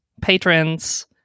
patrons